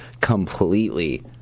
completely